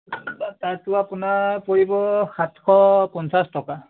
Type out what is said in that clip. বাটাৰটো আপোনাৰ পৰিব সাতশ পঞ্চাছ টকা